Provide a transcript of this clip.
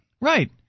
right